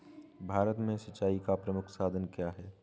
भारत में सिंचाई का प्रमुख साधन क्या है?